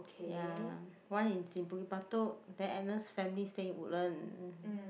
ya one is in Bukit-Batok then Edna's family stay in Woodland